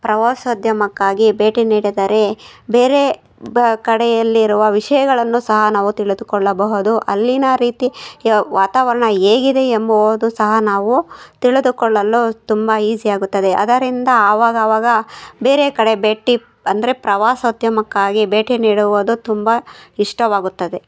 ಪ್ರವಾಸೋದ್ಯಮಕ್ಕಾಗಿ ಭೇಟಿ ನೀಡಿದರೆ ಬೇರೆ ಬ ಕಡೆಯಲ್ಲಿರುವ ವಿಷಯಗಳನ್ನು ಸಹ ನಾವು ತಿಳಿದುಕೊಳ್ಳಬಹುದು ಅಲ್ಲಿನ ರೀತಿ ಈಗ ವಾತಾವರಣ ಹೇಗಿದೆ ಎಂಬುವುದು ಸಹ ನಾವು ತಿಳಿದುಕೊಳ್ಳಲು ತುಂಬ ಈಸಿಯಾಗುತ್ತದೆ ಅದರಿಂದ ಆವಾಗ ಆವಾಗ ಬೇರೆ ಕಡೆ ಭೇಟಿ ಅಂದರೆ ಪ್ರವಾಸೋದ್ಯಮಕ್ಕಾಗಿ ಭೇಟಿ ನೀಡುವುದು ತುಂಬ ಇಷ್ಟವಾಗುತ್ತದೆ